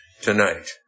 tonight